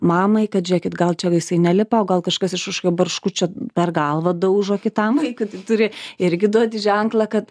mamai kad žiūrėkit gal čia jisai nelipa o gal kažkas iš kažkokio barškučio per galvą daužo kitam vaikui turi irgi duoti ženklą kad